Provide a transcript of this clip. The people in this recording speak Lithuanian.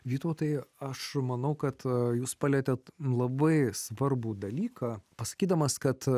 vytautai aš manau kad jūs palietėte labai svarbų dalyką pasakydamas kad